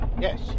Yes